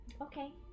Okay